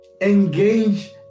Engage